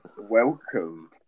Welcome